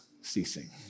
ceasing